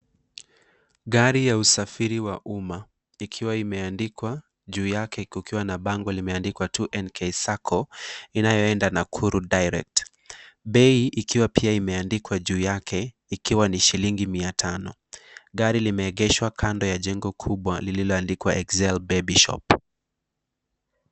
Gari ya usafiri wa umma, ikiwa imeandikwa juu yake kukiwa na bango limeandikwa 2NK Sacco, inayoenda Nakuru direct .Bei ikiwa pia imeandikwa juu yake, ikiwa ni shilingi 500.Gari limeegeshwa kando ya jengo kubwa lililoandikwa Excel Baby Shop.